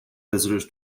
visitors